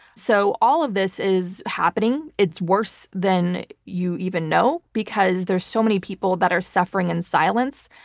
so all of this is happening. it's worse than you even know, because there's so many people that are suffering in silence,